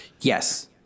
Yes